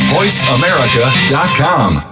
VoiceAmerica.com